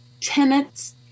tenants